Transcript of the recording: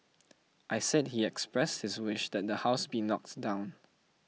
I said he expressed his wish that the house be knocked down